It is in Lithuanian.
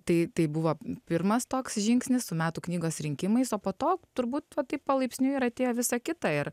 tai tai buvo pirmas toks žingsnis su metų knygos rinkimais o po to turbūt va taip palaipsniui ir atėjo visą kitą ir